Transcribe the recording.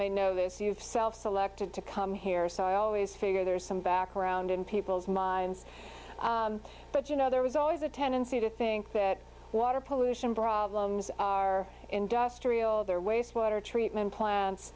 may know this you've self selected to come here so i always figure there's some background in people's minds but you know there was always a tendency to think that water pollution brought our industrial their waste water treatment plants